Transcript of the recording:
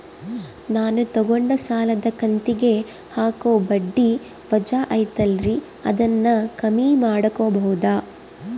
ನಾನು ತಗೊಂಡ ಸಾಲದ ಕಂತಿಗೆ ಹಾಕೋ ಬಡ್ಡಿ ವಜಾ ಐತಲ್ರಿ ಅದನ್ನ ಕಮ್ಮಿ ಮಾಡಕೋಬಹುದಾ?